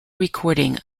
recording